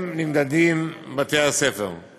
ואתם יודעים מה?